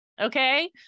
Okay